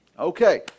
Okay